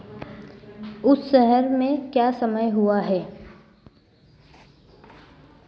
उस शहर में क्या समय हुआ है